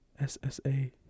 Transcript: SSA